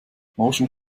motion